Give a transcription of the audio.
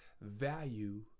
value